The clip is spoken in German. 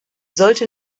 sollte